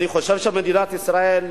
אני חושב שמדינת ישראל,